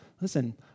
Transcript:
Listen